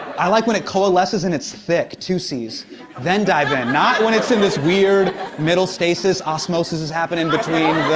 i like when it coalesces and it's thicc two c's then dive in. not when it's in this weird middle stasis, osmosis is happening between